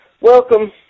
Welcome